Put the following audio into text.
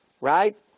right